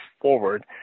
forward